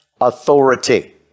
authority